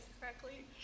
correctly